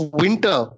winter